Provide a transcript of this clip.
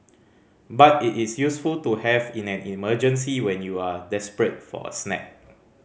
but it is useful to have in an emergency when you are desperate for a snack